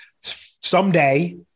Someday